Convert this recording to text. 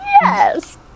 yes